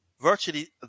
virtually